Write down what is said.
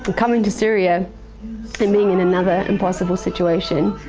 coming to syria and being in another impossible situation,